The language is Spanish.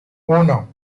uno